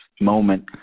moment